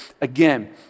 Again